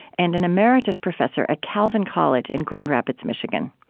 and an emeritus professor at calvin college in grand rapids, michigan.